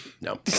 No